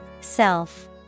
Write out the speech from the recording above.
Self